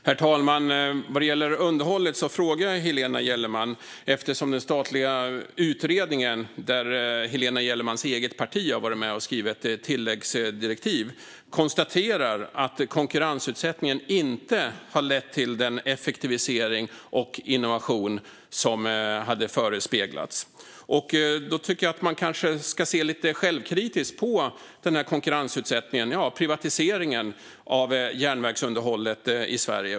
Herr talman! Jag frågade Helena Gellerman om underhållet eftersom den statliga utredning där Helena Gellermans eget parti varit med och skrivit tilläggsdirektiv konstaterar att konkurrensutsättningen inte har lett till den effektivisering och den innovation som förespeglats. Då tycker jag att man kanske ska se lite självkritiskt på konkurrensutsättningen, privatiseringen, av järnvägsunderhållet i Sverige.